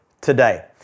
today